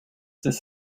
this